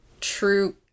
true